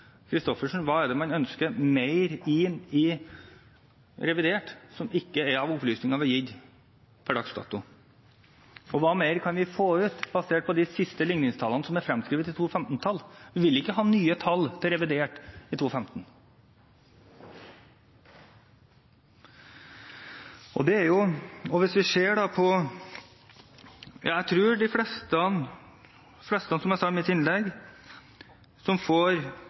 Christoffersen om hva mer det er man ønsker inn i revidert utover opplysninger vi har gitt per dags dato. Hva mer kan vi få ut, basert på de siste ligningstallene, som er fremskrevet i 2015-tall? Vi vil ikke ha nye tall til revidert i 2015. Som jeg sa i mitt innlegg, tror jeg de fleste som får en reduksjon på 500 kr i måneden, vil klare det. Vi snakker om at når det gjelder par som